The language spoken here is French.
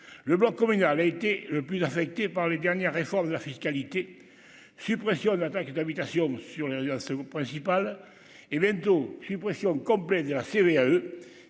le bloc communal a été le plus affecté par les dernières réformes de la fiscalité, suppression de la taxe d'habitation sur les résidences vous principal et bientôt suppression complète de la CVAE